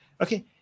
Okay